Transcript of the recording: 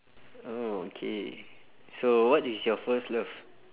oh okay so what is your first love